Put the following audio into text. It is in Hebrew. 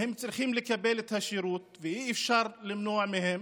והם צריכים לקבל את השירות, ואי-אפשר למנוע מהם.